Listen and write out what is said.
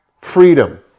freedom